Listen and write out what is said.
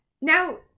Now